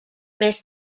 més